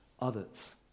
others